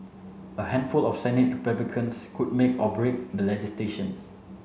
a handful of Senate Republicans could make or break the legislation